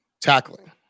tackling